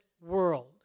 world